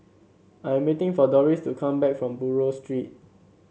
I am waiting for Dorris to come back from Buroh Street